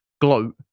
Gloat